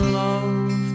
love